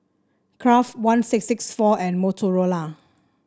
Kraft one six six four and Motorola